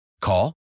Call